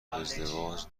ازدواج